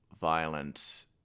violence